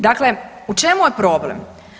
Dakle, u čemu je problem?